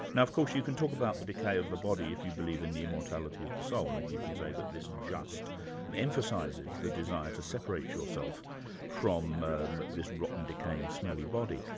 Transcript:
now of course you can talk about the decay of the body if you believe in the immortality of the soul, and you you can say that this just and emphasises the desire to separate yourself from this rotten, decaying, smelly body.